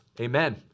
amen